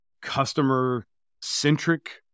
customer-centric